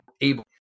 able